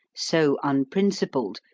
so unprincipled,